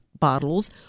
bottles